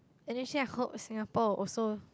and actually I hope Singapore will also